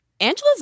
Angela's